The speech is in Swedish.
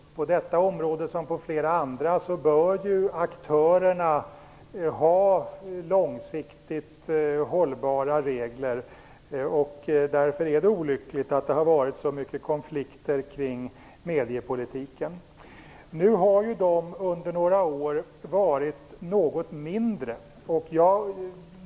På detta område, som på flera andra områden, bör aktörerna ha tillgång till långsiktigt hållbara regler. Därför är det olyckligt att det har varit så mycket konflikter kring mediepolitiken. Nu har dessa konflikter under några år varit något mindre omfattande.